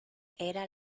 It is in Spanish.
era